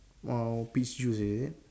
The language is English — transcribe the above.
wild peach juice is it